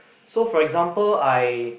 so for example I